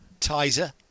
Tizer